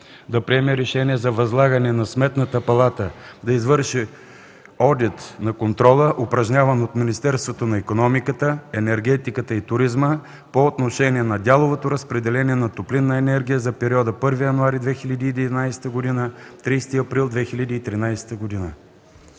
да приеме решение за възлагане на Сметната палата да извърши Одит на контрола, упражняван от Министерството на икономиката, енергетиката и туризма по отношение на дяловото разпределение на топлинна енергия за периода 1 януари 2011 г. – 30 април 2013 г.”